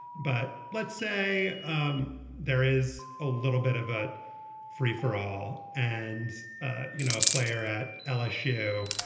but let's say um there is a little bit of a free for all and ah you know a player at lsu